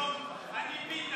רון, איפה יאיר?